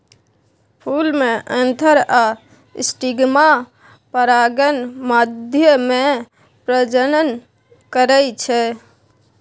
फुल मे एन्थर आ स्टिगमा परागण माध्यमे प्रजनन करय छै